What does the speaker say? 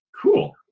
Cool